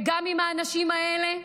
וגם אם האנשים האלה,